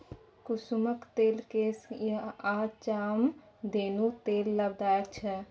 कुसुमक तेल केस आ चाम दुनु लेल लाभदायक छै